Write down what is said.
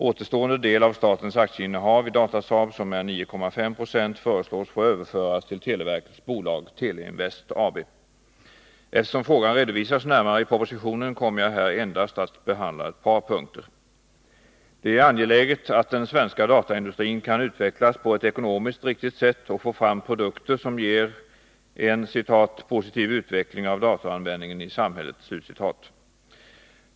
Återstående del av statens aktieinnehav i Datasaab, som är 9,5 26, föreslås få överföras till televerkets bolag Teleinvest AB. Eftersom frågan redovisas närmare i propositionen kommer jag här endast att behandla ett par punkter. Det är angeläget att den svenska dataindustrin kan utvecklas på ett ekonomiskt riktigt sätt och få fram produkter som ger en ”positiv utveckling av datoranvändningen i samhället”.